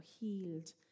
healed